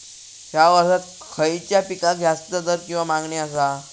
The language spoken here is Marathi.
हया वर्सात खइच्या पिकाक जास्त दर किंवा मागणी आसा?